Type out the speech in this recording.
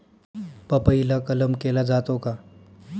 पपईला कलम केला जातो का?